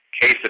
case